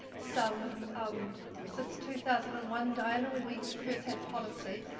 some since two thousand and one, diana, when we first had policy